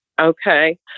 Okay